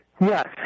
Yes